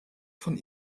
von